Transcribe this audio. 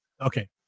Okay